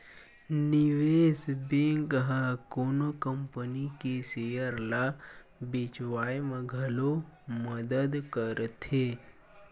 निवेस बेंक ह कोनो कंपनी के सेयर ल बेचवाय म घलो मदद करथे